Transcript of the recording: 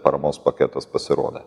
paramos paketas pasirodė